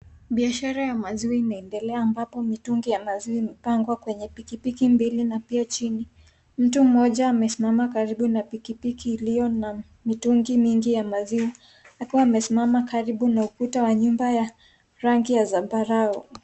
Biashara ya maziwa inaendelea mahali ambapo mitungi ya maziwa pikipiki mbele na pia chini, mtu mmoja amesimama karibu na pikipiki iliyo na karibu na mitungi ya maziwa akiwa amesimama karibu na ukuta wa nyumba ya rangi ya zambarao.